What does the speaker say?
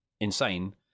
insane